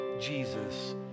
Jesus